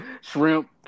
Shrimp